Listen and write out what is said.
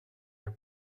del